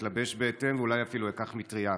אתלבש בהתאם ואולי אפילו אקח מטרייה.